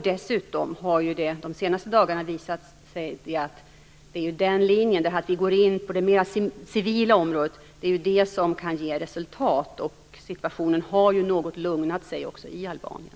Dessutom har det de senaste dagarna visat sig att det är den linjen, dvs. att vi går in mer på det civila området, som kan ge resultat. Situationen har också lugnat sig något i Albanien.